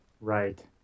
Right